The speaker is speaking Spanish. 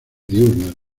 diurnas